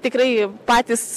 tikrai patys